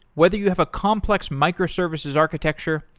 whether you have a complex microservices architecture,